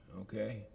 okay